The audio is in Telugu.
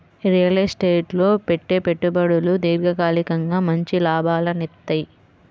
రియల్ ఎస్టేట్ లో పెట్టే పెట్టుబడులు దీర్ఘకాలికంగా మంచి లాభాలనిత్తయ్యి